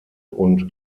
und